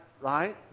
right